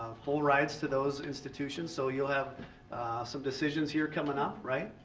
full rides to those institutions. so you'll have some decisions here coming up, right?